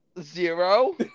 Zero